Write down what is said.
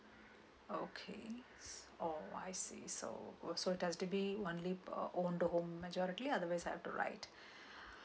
okay oh I see so oh so it has to be only on the own the whole majority or that means have to write